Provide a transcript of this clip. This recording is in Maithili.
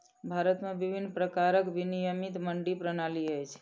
भारत में विभिन्न प्रकारक विनियमित मंडी प्रणाली अछि